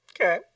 Okay